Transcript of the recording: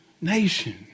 nation